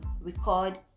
record